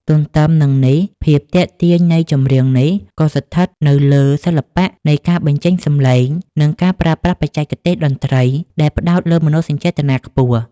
ទន្ទឹមនឹងនេះ ភាពទាក់ទាញនៃ ចម្រៀងនេះ ក៏ស្ថិតនៅលើសិល្បៈនៃការបញ្ចេញសម្លេង និងការប្រើប្រាស់បច្ចេកទេសតន្ត្រីដែលផ្ដោតលើមនោសញ្ចេតនាខ្ពស់។